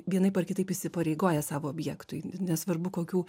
vienaip ar kitaip įsipareigojęs savo objektui nesvarbu kokių